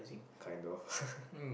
I know ppl